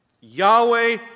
Yahweh